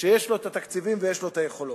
שיש לו תקציבים ויש לו יכולות.